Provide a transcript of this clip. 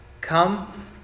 Come